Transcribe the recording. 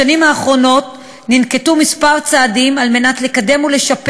בשנים האחרונות ננקטו כמה צעדים כדי לקדם ולשפר